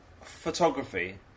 photography